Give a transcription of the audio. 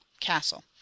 castle